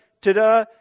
ta-da